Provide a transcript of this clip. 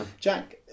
Jack